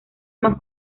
más